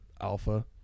alpha